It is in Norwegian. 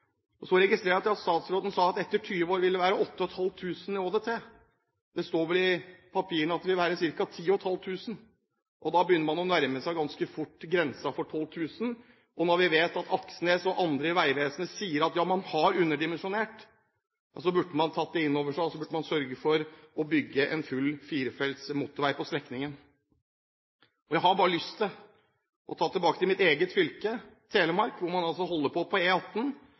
felt. Så registrerer jeg at statsråden sa at etter 20 år vil det være 8 500 i ÅDT. Det står vel i papirene at det vil være ca. 10 500. Da begynner man ganske fort å nærme seg grensen for 12 000. Når vi vet at Aksnes og andre i Vegvesenet sier at man har underdimensjonert, så burde man ta det inn over seg og sørge for å bygge en full firefelts motorvei på strekningen. Jeg har bare lyst til å nevne mitt eget fylke, Telemark. Man holder der på på